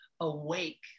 awake